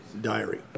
Diary